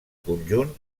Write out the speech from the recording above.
conjunt